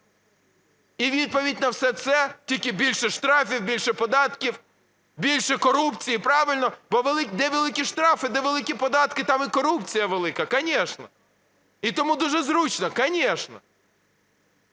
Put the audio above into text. І відповідь на все це: тільки більше штрафів, більше податків, більше корупції. Правильно, бо де великі штрафи, де великі податки – там і корупція велика, конечно. І тому дуже зручно, конечно.